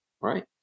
right